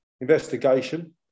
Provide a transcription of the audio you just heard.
investigation